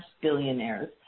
billionaires